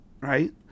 right